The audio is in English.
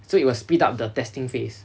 so it will speed up the testing phase